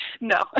No